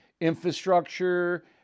infrastructure